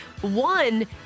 one